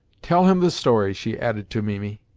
tell him the story, she added to mimi.